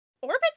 orbit's